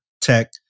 tech